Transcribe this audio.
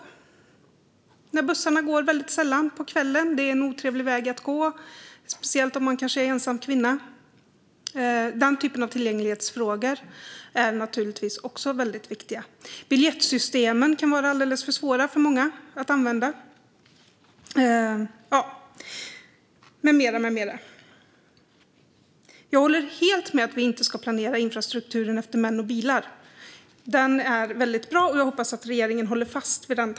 Där går bussarna väldigt sällan på kvällen, och det är en otrevlig väg att gå, speciellt om man är ensam kvinna. Den typen av tillgänglighetsfrågor är naturligtvis också väldigt viktiga. Biljettsystemen kan vara alldeles för svåra för många att använda, med mera. Jag håller helt med om att vi inte ska planera infrastrukturen efter män med bilar. Den tanken är väldigt bra, och jag hoppas att regeringen håller fast vid den.